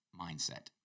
mindset